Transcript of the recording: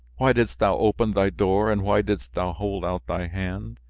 why didst thou open thy door, and why didst thou hold out thy hand?